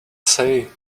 say